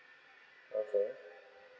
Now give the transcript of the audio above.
okay